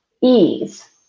ease